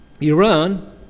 Iran